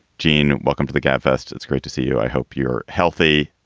gene, welcome to the gab fest. it's great to see you. i hope you're healthy,